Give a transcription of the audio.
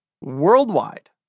worldwide